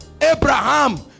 abraham